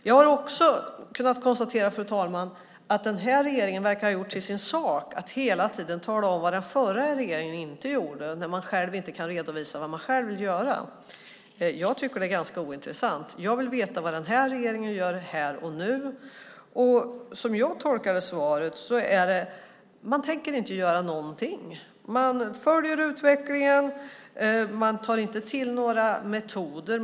Jag har också kunnat konstatera att den här regeringen verkar ha gjort till sin sak att hela tiden tala om vad den förra regeringen inte gjorde när man inte kan redovisa vad man själv vill göra. Jag tycker att det är ganska ointressant. Jag vill veta vad den här regeringen gör här och nu. Som jag tolkar svaret tänker man inte göra någonting. Man följer utvecklingen. Man tar inte till några metoder.